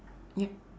yup